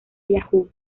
yahoo